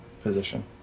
position